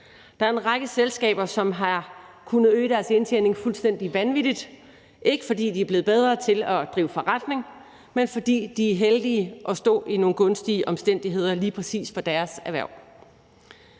Der er en række selskaber, som har kunnet øge deres indtjening fuldstændig vanvittigt, ikke fordi de er blevet bedre til at drive forretning, men fordi de er heldige at stå i nogle gunstige omstændigheder lige præcis for deres erhverv.